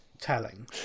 telling